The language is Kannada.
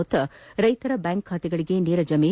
ಮೊತ್ತ ರೈತರ ಬ್ಯಾಂಕ್ ಖಾತೆಗಳಿಗೆ ನೇರ ಜಮೆ